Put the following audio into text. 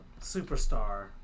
superstar